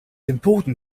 important